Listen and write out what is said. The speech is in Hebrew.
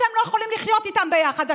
אתם לא יכולים לחיות איתם ביחד.